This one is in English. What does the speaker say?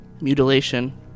mutilation